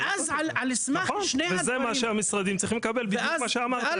וזה מה שהמשרדים צריכים לקבל, בדיוק מה שאמרת.